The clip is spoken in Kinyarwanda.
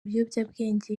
biyobyabwenge